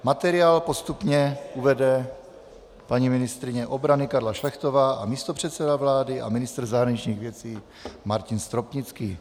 Materiál postupně uvede paní ministryně obrany Karla Šlechtová a místopředseda vlády a ministr zahraničních věcí Martin Stropnický.